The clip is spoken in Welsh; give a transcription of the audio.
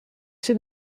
sydd